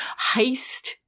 heist